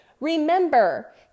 remember